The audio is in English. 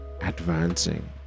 Advancing